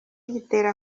igitera